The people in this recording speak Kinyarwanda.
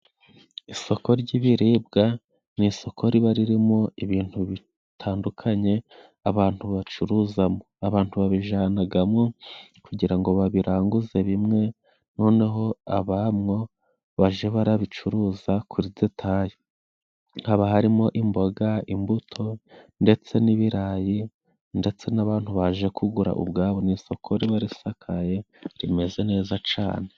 Isoko ry'ibiribwa ni isoko riba ririmo ibintu bitandukanye abantu bacuruzamo, abantu babijyanamo kugira ngo babiranguza bimwe, noneho abamwo bajye babicuruza kuri detayi, haba harimo imboga, imbuto ndetse n'ibirayi, ndetse n'abantu baje kugura ubwabo, ni isoko riba risakaye rimeze neza cyane.